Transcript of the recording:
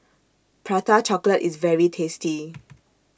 Prata Chocolate IS very tasty